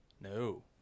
No